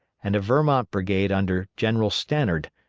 and a vermont brigade under general stannard,